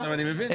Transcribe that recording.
עכשיו אני מבין.